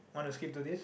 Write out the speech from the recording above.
wanna skip to this